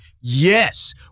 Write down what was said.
yes